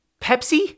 Pepsi